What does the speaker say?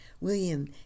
William